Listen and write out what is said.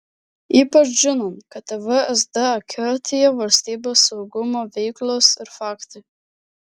ypač žinant kad vsd akiratyje valstybės saugumo veiklos ir faktai